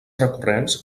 recurrents